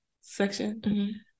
section